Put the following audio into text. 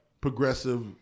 progressive